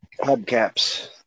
Hubcaps